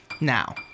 now